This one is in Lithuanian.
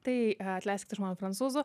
tai atleiskit už mano prancūzų